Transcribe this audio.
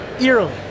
eerily